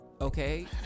okay